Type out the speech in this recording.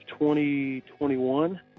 2021